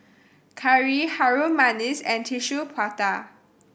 Curry Harum Manis and Tissue Prata